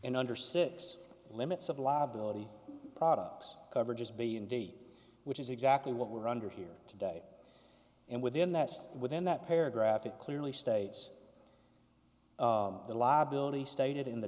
and under six limits of liability products coverages be indeed which is exactly what we are under here today and within that within that paragraph it clearly states the liability stated in the